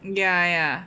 ya ya